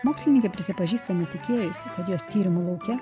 mokslininkė prisipažįsta netikėjusi kad jos tyrimo lauke